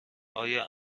آیا